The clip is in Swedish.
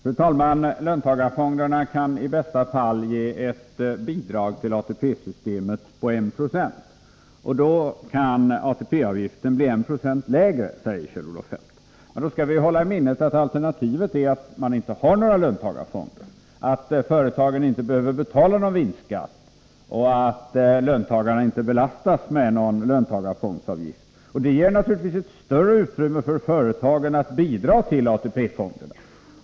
Fru talman! Löntagarfonderna kan i bästa fall ge ett bidrag till ATP-systemet på 1 Jo. Då kan ATP-avgiften bli 1 96 lägre, säger Kjell-Olof Feldt. Vi skall emellertid därvid ha i minnet att alternativet är att man inte har några löntagarfonder, att företagen inte behöver betala någon vinstskatt och att löntagarna inte belastas med någon löntagarfondsavgift. Det ger naturligtvis ett större utrymme för företagen att bidra till AP-fonderna.